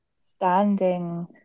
standing